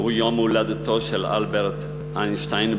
שהוא יום הולדתו של אלברט איינשטיין,